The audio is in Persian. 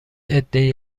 عدهای